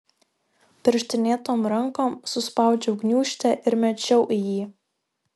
pirštinėtom rankom suspaudžiau gniūžtę ir mečiau į jį